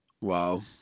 Wow